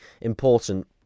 important